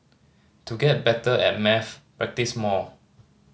to get better at maths practise more